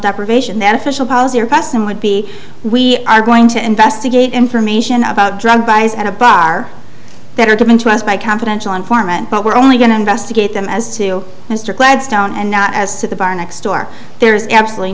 deprivation that official policy or press him would be we are going to investigate information about drug buys and a bar that are given to us by confidential informant but we're only going to investigate them as to mr gladstone and not as to the bar next door there's absolutely